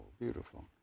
beautiful